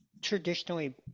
traditionally